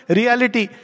reality